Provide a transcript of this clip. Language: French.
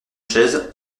chaise